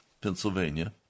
Pennsylvania